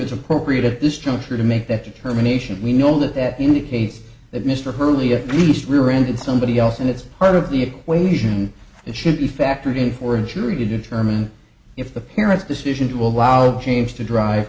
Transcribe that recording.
at this juncture to make that determination we know that that indicates that mr hurley a piece rear ended somebody else and it's part of the equation and should be factored in for a jury to determine if the parents decision to allow the change to drive